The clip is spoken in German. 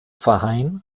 verein